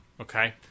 Okay